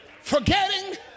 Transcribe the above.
forgetting